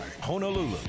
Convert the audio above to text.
Honolulu